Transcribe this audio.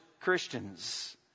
Christians